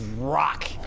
rock